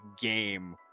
game